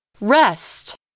rest